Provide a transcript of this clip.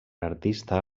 artista